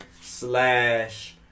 Slash